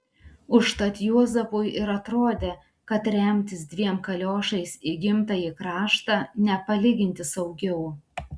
užtat juozapui ir atrodė kad remtis dviem kaliošais į gimtąjį kraštą nepalyginti saugiau